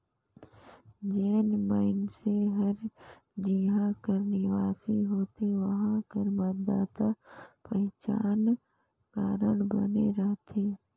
जेन मइनसे हर जिहां कर निवासी होथे उहां कर मतदाता पहिचान कारड बने रहथे